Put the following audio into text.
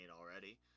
already